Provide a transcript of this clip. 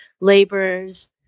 laborers